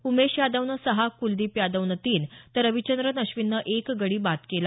उमेश यादवनं सहा कुलदीप यादवनं तीन तर रविचंद्रन अश्विननं एक गडी बाद केला